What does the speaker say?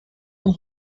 een